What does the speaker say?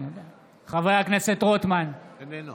בעד יעל רון בן משה,